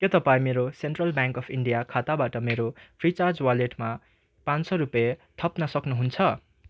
के तपाईँ मेरो सेन्ट्रल ब्याङ्क अफ इन्डिया खाताबाट मेरो फ्रिचार्ज वालेटमा पाँच सौ रुपियाँ थप्न सक्नुहुन्छ